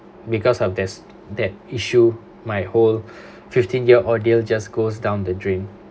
because of there's that issue my whole fifteen year ordeal just goes down the drain